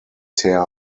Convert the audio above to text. terre